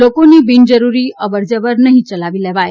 લોકોની બિનજરૂરી અવરજવર નહી ચલાવી લેવાય